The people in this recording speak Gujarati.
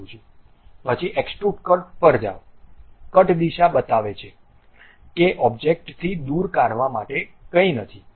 પછી એક્સ્ટ્રુડ કટ પર જાઓ કટ દિશા બતાવે છે કે ઑબ્જેક્ટથી દૂર કાઢવા માટે કંઈ નથી